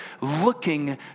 looking